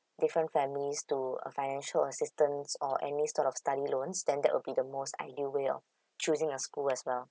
different families to uh financial assistance or any sort of study loans then that will be the most ideal way of choosing your school as well